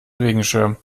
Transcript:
regenschirm